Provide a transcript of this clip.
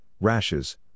rashes